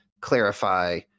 clarify